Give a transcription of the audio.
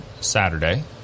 Saturday